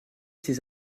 ces